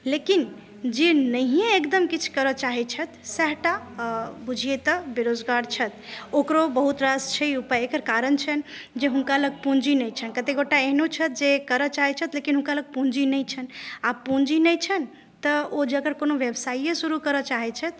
लेकिन जे नहिये एकदम किछु करय चाहैत छथि सयह टा बुझियै तऽ बेरोजगार छथि ओकरो बहुत रास छै उपाय एकर कारण छै जे हुनका लग पूॅंजी नहि छनि कते गोटा एहनो छथि जे करय चाहै छथि लेकिन हुनका लग पूॅंजी नहि छनि आ पूॅंजी नहि छनि तऽ ओ जकर कोनो व्यवसाय शुरु करय चाहैत छथि